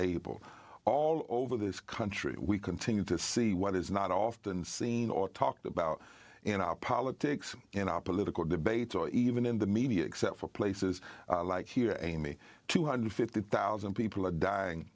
d all over this country and we continue to see what is not often seen or talked about in our politics in our political debates or even in the media except for places like here and me two hundred fifty thousand people are dying